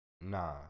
Nah